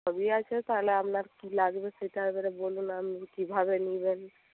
সবই আছে তাহলে আপনার কি লাগবে সেটা এবারে বলুন আপনি কিভাবে নেবেন